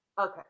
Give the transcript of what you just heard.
Okay